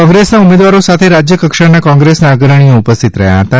કોંગ્રેસના ઉમેદવારો સાથે રાજયકક્ષાના કોંગ્રેસના અગ્રણીઓ ઉપસ્થિત રહ્યાં હતાં